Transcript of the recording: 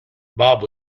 bob